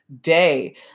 day